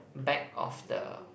back of the